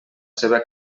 seva